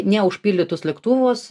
neužpildytus lėktuvus